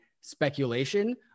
speculation